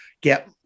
get